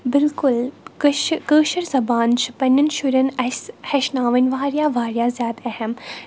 بلکُل کٔشہِ کٲشِر زبان چھِ پنٛنٮ۪ن شُرٮ۪ن اَسہِ ہیٚچھناوٕنۍ واریاہ واریاہ زیادٕ اہم